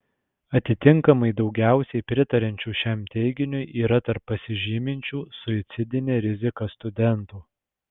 atitinkamai daugiausiai pritariančių šiam teiginiui yra tarp pasižyminčių suicidine rizika studentų